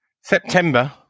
September